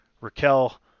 Raquel